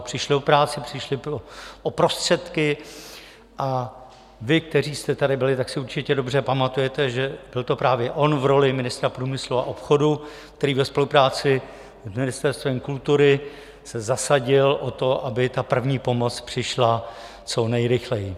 Přišli o práci, přišli o prostředky a vy, kteří jste tady byli, tak si určitě dobře pamatujete, že byl to právě on v roli ministra průmyslu a obchodu, který ve spolupráci s Ministerstvem kultury se zasadil o to, aby ta první pomoc přišla co nejrychleji.